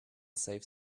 save